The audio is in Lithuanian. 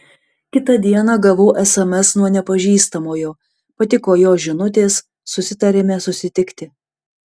kitą dieną gavau sms nuo nepažįstamojo patiko jo žinutės susitarėme susitikti